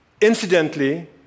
Incidentally